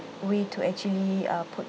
way to actually uh put